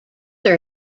are